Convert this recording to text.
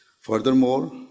Furthermore